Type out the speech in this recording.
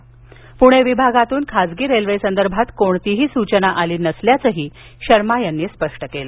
पूर्णे विभागातून खासगी रेल्वे संदर्भात कोणतीही सूचना आली नसल्याचंही शर्मा यांनी सांगितलं